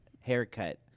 haircut